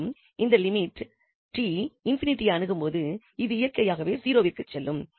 மேலும் இந்த லிமிட் 𝑡 ∞ ஐ அணுகும்போது இது இயற்கையாகவே 0 விற்கு செல்லும்